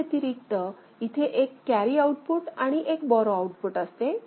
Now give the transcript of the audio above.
याव्यतिरिक्त इथे एक कॅरी आउटपुट आणि बोरो आउटपुट असते